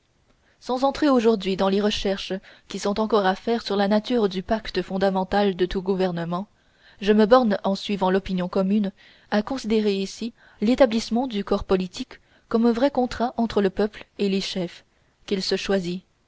sans entrer aujourd'hui dans les recherches qui sont encore à faire sur la nature du pacte fondamental de tout gouvernement je me borne en suivant l'opinion commune à considérer ici l'établissement du corps politique comme un vrai contrat entre le peuple et les chefs qu'il se choisit